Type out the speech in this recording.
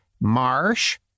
marsh